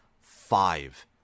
five